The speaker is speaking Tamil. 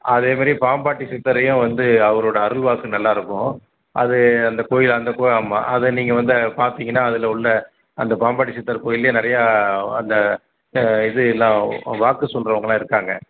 அதே மாதிரி பாம்பாட்டி சித்தரையும் வந்து அவரோட அருள் வாக்கு நல்லாயிருக்கும் அது அந்த கோயில் அது நீங்கள் வந்து பார்த்திங்கன்னா அதில் உள்ள அந்த பாம்பாட்டி சித்தர் கோயிலேயே நிறையா அந்த இது எல்லாம் வாக்கு சொல்கிறவங்கல்லாம் இருக்காங்க